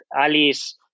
Ali's